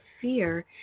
fear